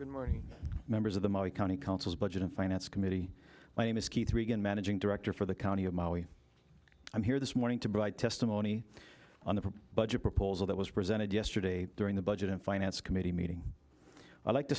good morning members of the county council's budget and finance committee my name is keith regan managing director for the county of maui i'm here this morning to provide testimony on the budget proposal that was presented yesterday during the budget and finance committee meeting i'd like to